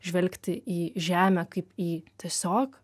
žvelgti į žemę kaip į tiesiog